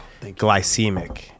glycemic